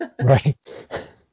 right